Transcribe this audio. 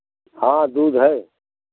हाँ दूध है